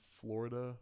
Florida